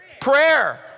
prayer